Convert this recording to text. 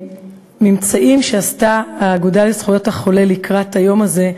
ממצאים שאספה האגודה לזכויות החולה לקראת היום הזה,